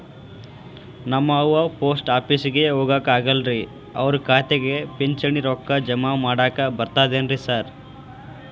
ನಮ್ ಅವ್ವ ಪೋಸ್ಟ್ ಆಫೇಸಿಗೆ ಹೋಗಾಕ ಆಗಲ್ರಿ ಅವ್ರ್ ಖಾತೆಗೆ ಪಿಂಚಣಿ ರೊಕ್ಕ ಜಮಾ ಮಾಡಾಕ ಬರ್ತಾದೇನ್ರಿ ಸಾರ್?